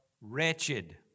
wretched